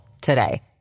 today